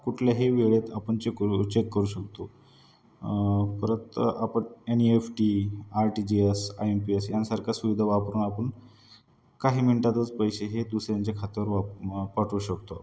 कुठल्याही वेळेत आपण चेक करू चेक करू शकतो परत आपण N E F T R T G S I M P S यांसारख्या सुविधा वापरून आपण काही मिनटातच पैसे हे दुसऱ्यांच्या खात्यावर वा पाठवू शकतो